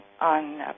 on